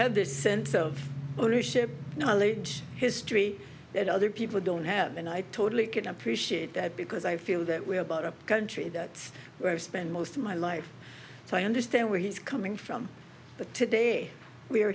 had this sense of ownership knowledge history that other people don't have and i totally appreciate that because i feel that we're about a country that's where we spend most of my life so i understand where he's coming from but today we are